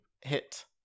hit